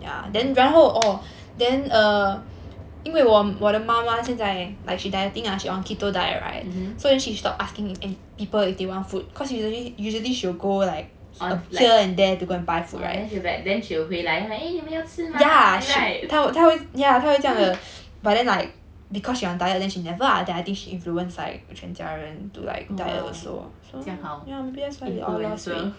mmhmm oh like then she will 回来 eh 你们要吃吗 right oh !wow! 这样好 influencer